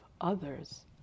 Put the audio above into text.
others